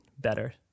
better